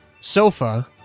sofa